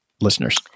Listeners